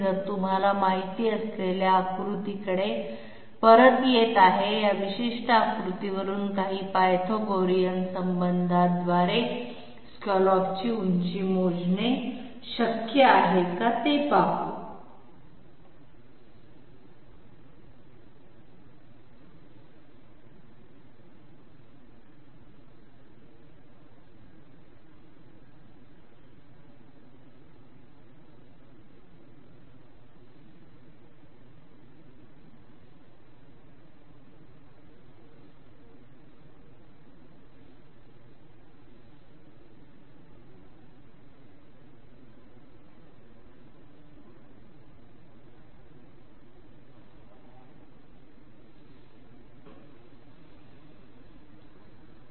तर तुम्हाला माहीत असलेल्या आकृतीकडे परत येत आहे या विशिष्ट आकृतीवरून काही पायथागोरियन संबंधांद्वारे स्कॅलॉपची उंची मोजणे शक्य आहे ते पाहू